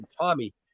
Tommy